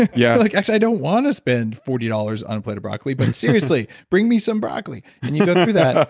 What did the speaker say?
yeah like, actually i don't wanna spend forty dollars on a plate of broccoli but seriously bring me some broccoli. and you go through that.